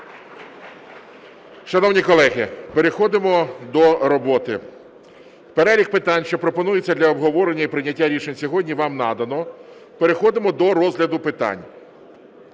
Шановні колеги, переходимо до роботи. Перелік питань, що пропонується для обговорення і прийняття рішень сьогодні, вам надано. Переходимо до розгляду питань.